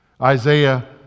Isaiah